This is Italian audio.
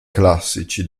classici